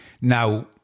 Now